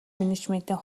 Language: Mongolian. менежментийн